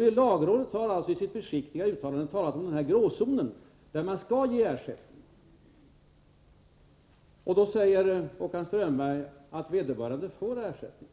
m. lagrådet har i sitt försiktiga uttalande nämnt denna ”gråzon”, där ersättning skall ges. Håkan Strömberg säger att vederbörande får ersättning.